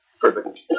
Perfect